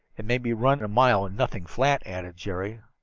and made me run a mile in nothing, flat, added jerry.